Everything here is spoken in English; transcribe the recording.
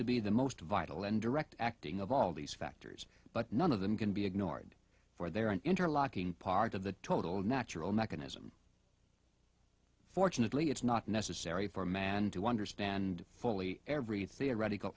to be the most vital and direct acting of all these factors but none of them can be ignored for they are an interlocking part of the total natural mechanism fortunately it's not necessary for man to understand fully every theoretical